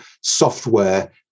software